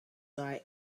die